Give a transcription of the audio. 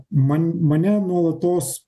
man mane nuolatos